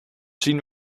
zien